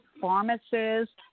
pharmacists